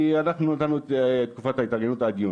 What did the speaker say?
כי אנחנו קבענו את תקופת ההתארגנות עד יוני.